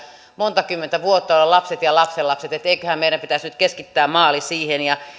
monta kymmentä vuotta olla lapsien ja lapsenlapsien eiköhän meidän pitäisi nyt keskittää maali siihen